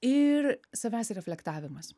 ir savęs reflektavimas